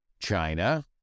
China